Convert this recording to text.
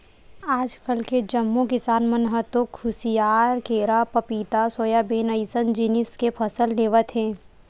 आजकाल के जम्मो किसान मन ह तो खुसियार, केरा, पपिता, सोयाबीन अइसन जिनिस के फसल लेवत हे